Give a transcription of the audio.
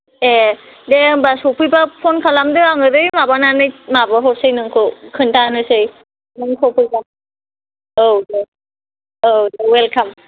ए दे होमबा सफैबा फन खालामदो आङो बै माबानानै माबाहरसै नोंखौ खोनथानोसै नों सफैबा औ दे औ अवेलकाम